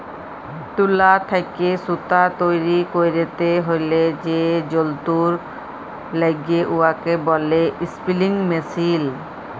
তুলা থ্যাইকে সুতা তৈরি ক্যইরতে হ্যলে যে যল্তর ল্যাগে উয়াকে ব্যলে ইস্পিলিং মেশীল